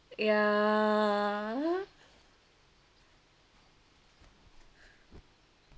ya